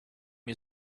you